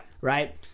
Right